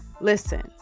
Listen